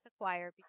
acquire